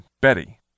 Betty